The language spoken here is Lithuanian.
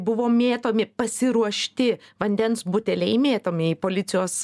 buvo mėtomi pasiruošti vandens buteliai mėtomi į policijos